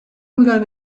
بودن